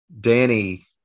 Danny